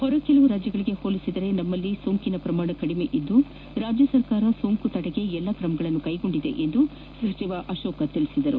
ಹೊರ ಕೆಲವು ರಾಜ್ಯಗಳಿಗೆ ಹೋಲಿಸಿದರೆ ನಮ್ಮಲ್ಲಿ ಸೋಂಕಿನ ಪ್ರಮಾಣ ಕಡಿಮೆ ಇದ್ದು ರಾಜ್ಯ ಸರ್ಕಾರ ಸೋಂಕು ತಡೆಗೆ ಎಲ್ಲಾ ಕ್ರಮಗಳನ್ನು ಕೈಗೊಂಡಿದೆ ಎಂದು ಸಚಿವ ಅಶೋಕ್ ತಿಳಿಸಿದರು